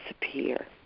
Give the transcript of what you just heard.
disappear